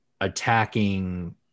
attacking